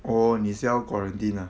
oh 你是要 quarantine ah